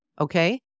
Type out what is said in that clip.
okay